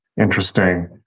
Interesting